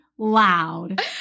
Loud